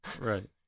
Right